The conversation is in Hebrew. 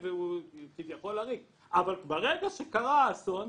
אבל ברגע שקרה האסון,